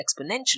exponentially